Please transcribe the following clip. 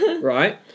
right